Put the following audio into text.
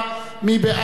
מי בעד?